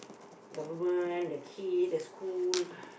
government the kid the school